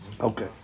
Okay